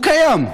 הוא קיים.